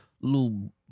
little